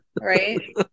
right